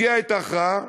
הגיעה עת ההכרעה,